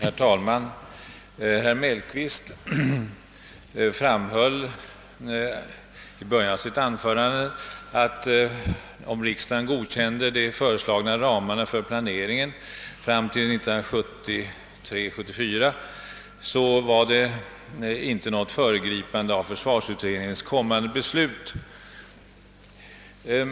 Herr talman! Herr Mellqvist framhöll i början av sitt anförande att om riksdagen godkänner de föreslagna ramarna för planeringen fram till 1973/74, så innebär det inget föregripande av försvarsutredningens kommande beslut.